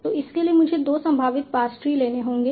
तो इसके लिए मुझे 2 संभावित पार्स ट्री लेने होंगे